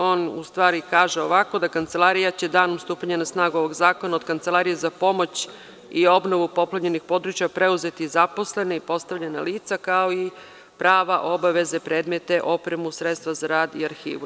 On u stvari kaže ovako –kancelarija će danom stupanja na snagu ovog zakona od Kancelarije za pomoć i obnovu poplavljenih područja preuzeti zaposlene i postavljena lica, kao i prava obaveze predmete, opremu, sredstva za rad i arhivu.